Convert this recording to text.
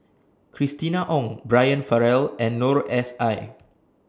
Christina Ong Brian Farrell and Noor S I